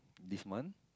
this month